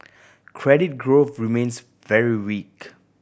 credit growth remains very weak